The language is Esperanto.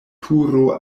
turo